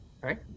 Right